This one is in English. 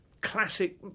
Classic